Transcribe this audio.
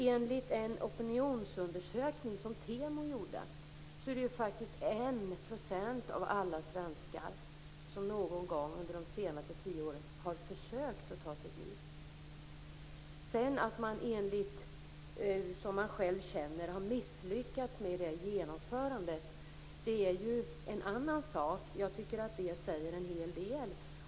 Enligt en opinionsundersökning som TEMO gjort har 1 % av alla svenskar någon gång under de senaste tio åren försökt att ta sitt liv. Att man sedan - som man själv känner det - har misslyckats med genomförandet är en annan sak. Jag tycker ändå att detta säger en hel del.